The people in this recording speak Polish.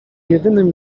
jedynym